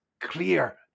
clear